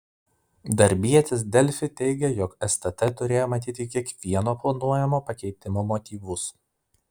darbietis delfi teigė jog stt turėjo matyti kiekvieno planuojamo pakeitimo motyvus